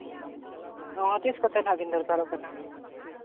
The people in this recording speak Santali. ᱚᱸᱻ ᱛᱤᱥ ᱠᱚᱛᱮ ᱱᱟᱦᱟᱜ ᱵᱮᱱ ᱫᱚᱨᱠᱟᱨᱚᱜ ᱠᱟᱱᱟ